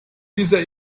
dieser